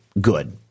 good